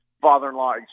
father-in-law